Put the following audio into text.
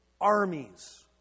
armies